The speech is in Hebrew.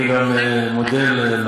אני גם מודה לרב